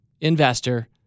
investor